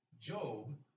Job